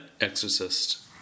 Exorcist